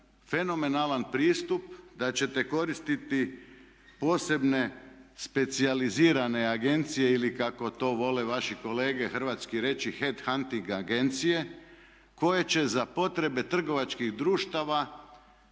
fenomenalan pristup da ćete koristiti posebne specijalizirane agencije ili kako to vole vaši kolege hrvatski reći head hunting agencije koje će za potrebe trgovačkih društava